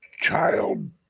child